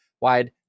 Wide